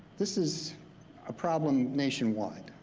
this is a problem nationwide,